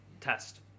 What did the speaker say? test